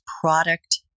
product